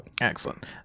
Excellent